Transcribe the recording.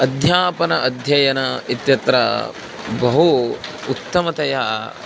अध्यापनम् अध्ययनम् इत्यत्र बहु उत्तमतया